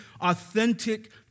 authentic